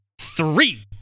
three